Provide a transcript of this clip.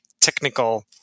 technical